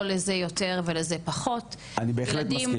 לא לזה יותר ולזה פחות --- אני בהחלט מסכים.